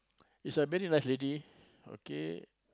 is a very nice lady okay